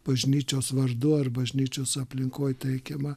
bažnyčios vardu ar bažnyčios aplinkoj teikiama